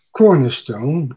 cornerstone